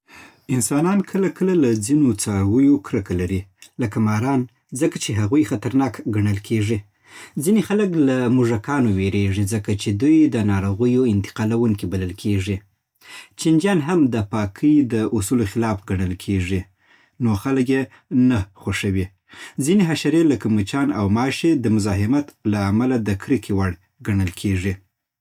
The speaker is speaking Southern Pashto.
انسانان کله کله له ځینو څارويو کرکه لري، لکه ماران، ځکه چې هغوی خطرناک ګڼل کېږي. ځینې خلک له موږکانو وېرېږي، ځکه چې دوی د ناروغیو انتقالوونکي بلل کېږي. چینجیان هم د پاکۍ د اصولو خلاف ګڼل کېږي، نو خلک یې نه خوښوي. ځینې حشرې، لکه مچان او ماشي، د مزاحمت له امله د کرکې وړ ګڼل کېږي.